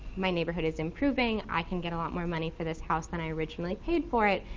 my neighborhood is improving. i can get a lot more money for this house than i originally paid for it.